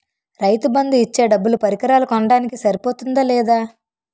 రైతు బందు ఇచ్చే డబ్బులు పరికరాలు కొనడానికి సరిపోతుందా లేదా?